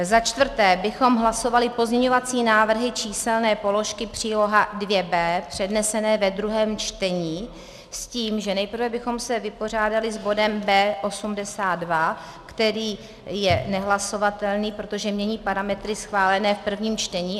Za čtvrté bychom hlasovali pozměňovací návrhy číselné položky příloha 2b přednesené ve druhém čtení s tím, že nejprve bychom se vypořádali s bodem B82, který je nehlasovatelný, protože mění parametry schválené v prvním čtení.